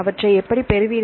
அவற்றை எப்படி பெறுவீர்கள்